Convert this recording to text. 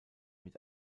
mit